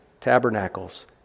tabernacles